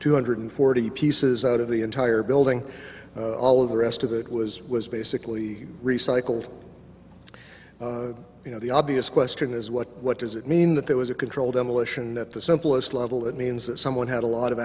two hundred forty pieces out of the entire building all of the rest of it was was basically recycled you know the obvious question is what does it mean that there was a controlled demolition at the simplest level it means that someone had a lot of